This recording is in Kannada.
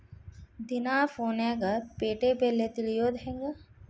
ದಿನಾ ಫೋನ್ಯಾಗ್ ಪೇಟೆ ಬೆಲೆ ತಿಳಿಯೋದ್ ಹೆಂಗ್?